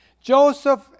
Joseph